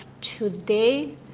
today